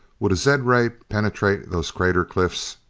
would a zed-ray penetrate those crater cliffs?